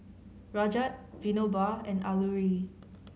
Rajat Vinoba and Alluri